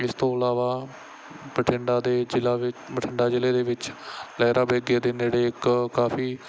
ਇਸ ਤੋਂ ਇਲਾਵਾ ਬਠਿੰਡਾ ਦੇ ਜ਼ਿਲ੍ਹਾ ਵਿੱਚ ਬਠਿੰਡਾ ਜ਼ਿਲ੍ਹੇ ਦੇ ਵਿੱਚ ਲਹਿਰਾ ਬੇਗੇ ਦੇ ਨੇੜੇ ਇੱਕ ਕਾਫੀ